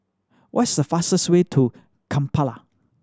what is the fastest way to Kampala